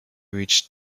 reached